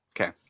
Okay